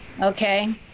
Okay